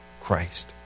Christ